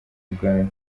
ubwayo